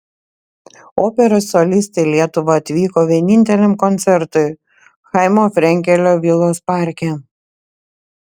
operos solistė į lietuvą atvyko vieninteliam koncertui chaimo frenkelio vilos parke